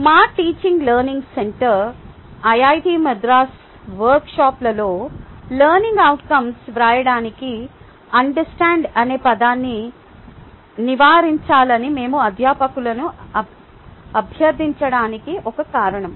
మా teaching learning centre IIT Madras వర్క్షాప్లలో learning outcomes వ్రాయడానికి అండర్స్టాండ్ అనే పదాన్ని నివారించాలని మేము అధ్యాపకులను అభ్యర్థిoచడానికి ఇది ఒక కారణం